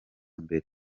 mbere